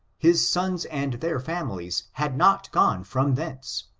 his sons and their families had not gone from thence,